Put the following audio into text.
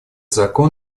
закон